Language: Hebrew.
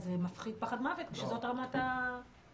אז מפחיד פחד מוות כשזאת רמת האבטחה.